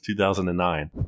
2009